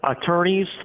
attorneys